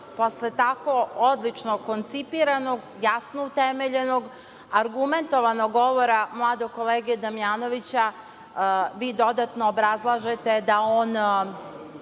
posle tako odlično koncipiranog, jasno utemeljenog, argumentovanog govora mladog kolege Damjanovića, vi dodatno obrazlažete da on